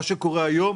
מה שקורה היום,